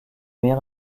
mers